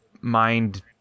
mind